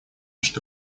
что